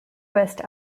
west